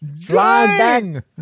Flying